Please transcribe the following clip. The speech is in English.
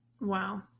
Wow